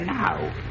now